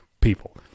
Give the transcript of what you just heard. people